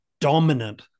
dominant